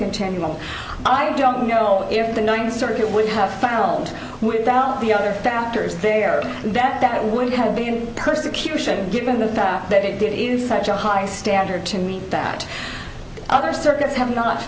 continuum i don't know if the ninth circuit would have found without the other factors there that that would have been persecution given the fact that it did it in such a high standard to meet that other circuits have not